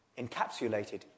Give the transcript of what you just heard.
Encapsulated